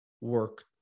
work